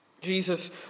Jesus